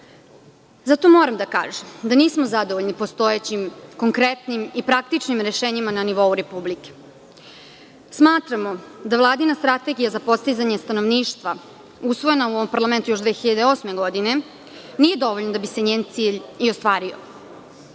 moram da kažem da nismo zadovoljni postojećim konkretnim i praktičnim rešenjima na nivou Republike Srbije. Smatramo da Vladina strategija za podsticanje stanovništva, usvojena u ovom parlamentu još 2008. godine, nije dovoljna da bi se njen cilj i ostvario.